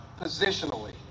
positionally